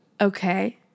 Okay